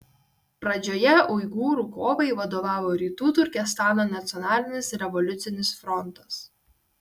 pradžioje uigūrų kovai vadovavo rytų turkestano nacionalinis revoliucinis frontas